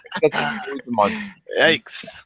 Yikes